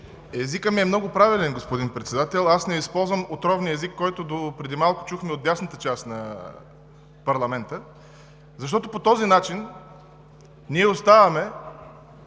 Езикът ми е много правилен, господин Председател. Не използвам отровния език, който допреди малко чухме от дясната част на парламента, защото по този начин ние оставаме